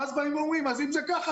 ואז באים ואומרים שאם זה כך,